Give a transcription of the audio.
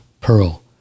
pearl